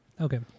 okay